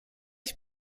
ich